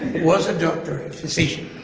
was a doctor, a physician.